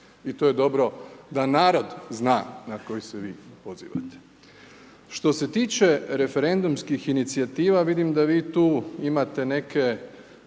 i to je dobro da narod zna na koji se vi pozivate. Što se tiče referendumskih inicijativa, vidim da vi tu imate neke